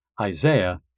Isaiah